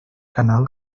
canal